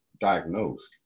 diagnosed